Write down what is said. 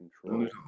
control